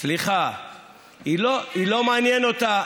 היא בעד או נגד?